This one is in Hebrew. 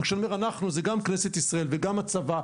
כשאני אומר אנחנו הכוונה גם לכנסת ישראל וגם הצבא,